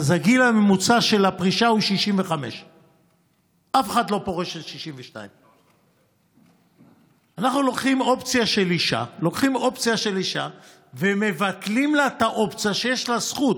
הגיל הממוצע של הפרישה הוא 65. אף אחת לא פורשת בגיל 62. אנחנו לוקחים אופציה של אישה ומבטלים את האופציה שיש לה זכות,